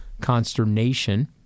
consternation